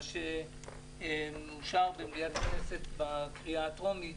מה שאושר במליאת הכנסת בקריאה הטרומית,